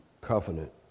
covenant